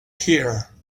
here